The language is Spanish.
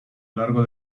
largo